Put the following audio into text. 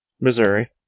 Missouri